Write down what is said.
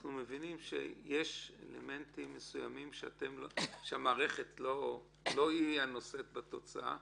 אנחנו מבינים שיש אלמנטים מסוימים שהמערכת לא היא הנושאת בתוצאה.